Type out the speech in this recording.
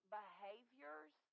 behaviors